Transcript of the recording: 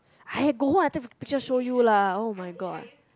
I go home and take picture show you lah oh my god